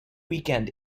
weekend